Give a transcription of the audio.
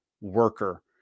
worker